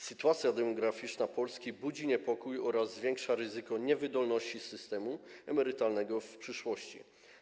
Sytuacja demograficzna Polski budzi niepokój oraz zwiększa ryzyko niewydolności systemu emerytalnego w przyszłości.